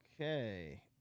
Okay